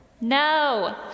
No